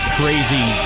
crazy